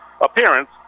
appearance